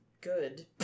good